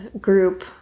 group